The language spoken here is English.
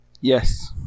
Yes